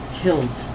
killed